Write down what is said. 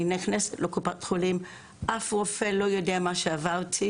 אני נכנסת לקופת חולים ואף רופא לא יודע מה שעברתי.